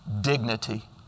dignity